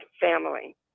family